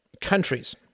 countries